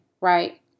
right